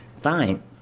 fine